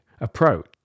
approach